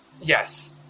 Yes